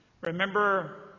remember